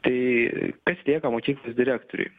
tai kas lieka mokyklos direktoriui